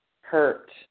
hurt